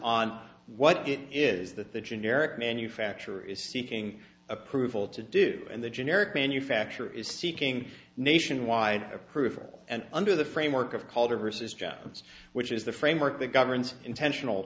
on what it is that the generic manufacturer is seeking approval to do and the generic manufacturer is seeking nationwide approval and under the framework of culture versus jones which is the framework that governs intentional